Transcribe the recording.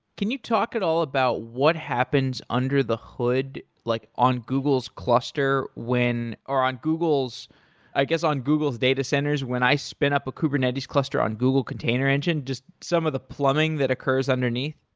can you talk at all about what happens under the hood, like on google's cluster when, or on google's i guess, on google's data centers when i spin up a kubernetes cluster on google container engine, just some of the plumbing that occurs underneath.